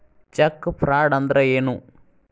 Check fraud ಅಂದ್ರ ಏನು?